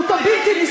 הבעיה, ציפי.